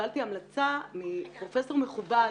קיבלתי המלצה מפרופ' מכובד,